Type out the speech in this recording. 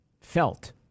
felt